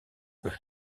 peut